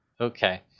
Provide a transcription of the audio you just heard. Okay